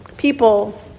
People